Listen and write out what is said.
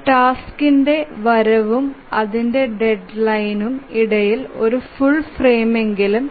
ഒരു ടാസ്ക്കിന്റെ വരവും അതിന്റെ ഡെഡ്ലൈനിനും ഇടയിൽ ഒരു ഫുൾ ഫ്രെയിമെങ്കിലും